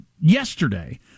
yesterday